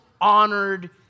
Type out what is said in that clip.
honored